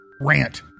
rant